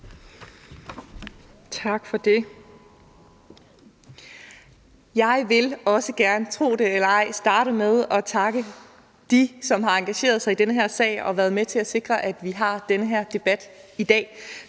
Tak for det. Jeg vil også gerne – tro det eller ej – starte med at takke dem, som har engageret sig i den her sag og været med til at sikre, at vi har den her debat i dag.